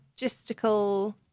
logistical